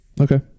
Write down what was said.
Okay